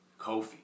Kofi